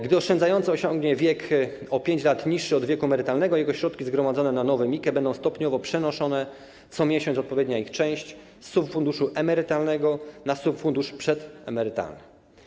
Gdy oszczędzający osiągnie wiek o 5 lat niższy od wieku emerytalnego, jego środki zgromadzone na nowym IKE będą stopniowo przenoszone, co miesiąc odpowiednia ich część, z subfunduszu emerytalnego na subfundusz przedemerytalny.